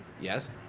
Yes